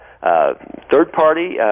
third-party